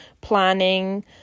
planning